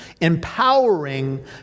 empowering